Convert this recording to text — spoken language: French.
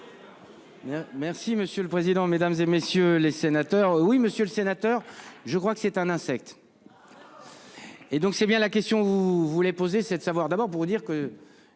Merci monsieur le président, Mesdames, et messieurs les sénateurs. Oui, monsieur le sénateur, je crois que c'est un insecte. Et donc c'est bien la question. Vous voulez poser c'est de savoir d'abord pour dire que.